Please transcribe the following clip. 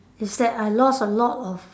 is that I lost a lot of